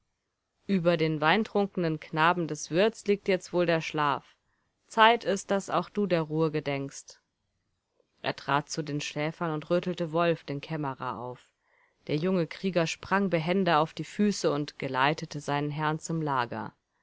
über den weintrunkenen knaben des wirtes liegt jetzt wohl der schlaf zeit ist daß auch du der ruhe gedenkst er trat zu den schläfern und rüttelte wolf den kämmerer auf der junge krieger sprang behende auf die füße und geleitete seinen herrn zum lager